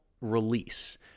release